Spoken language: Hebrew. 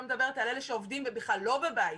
לא מדברת על אלה שעובדים ובכלל לא בבית,